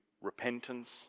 repentance